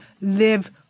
live